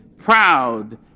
Proud